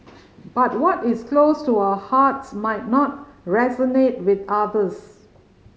but what is close to our hearts might not resonate with others